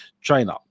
China